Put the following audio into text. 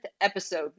episode